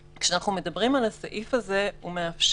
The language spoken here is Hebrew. כשאנחנו מדברים על הסעיף הזה, הוא מאפשר